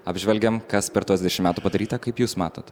apžvelgiam kas per tuos dešimt metų padaryta kaip jūs matot